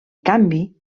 canvi